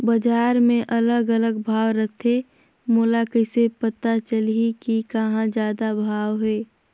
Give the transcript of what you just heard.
बजार मे अलग अलग भाव रथे, मोला कइसे पता चलही कि कहां जादा भाव हे?